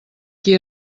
qui